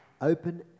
open